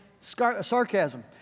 sarcasm